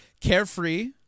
Carefree